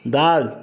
दालि